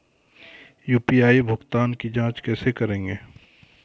UPI भुगतान की जाँच कैसे करेंगे?